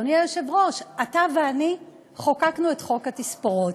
אדוני היושב-ראש: אתה ואני חוקקנו את חוק התספורות,